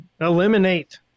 eliminate